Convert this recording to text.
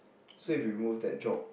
so if you remove that job